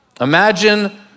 Imagine